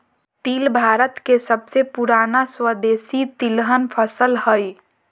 तिल भारत के सबसे पुराना स्वदेशी तिलहन फसल हइ